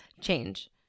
change